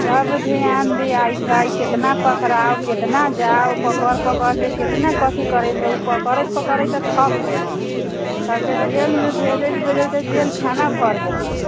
सब धियान दै छै कतना पकड़ाउ कितना जाउ पकड़ि पकड़िके कितनाके अथी करैलऽ पकड़ैत पकड़ैत तऽ थकि गेल छी सबके जेलमे भेजैत भेजैत तऽ जेलखाना भरि गेलऽ बा